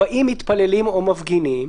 40 מתפללים או מפגינים,